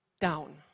down